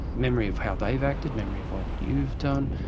memory of how they've acted, memory of what you've done.